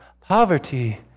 poverty